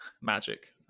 magic